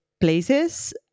places